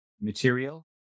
material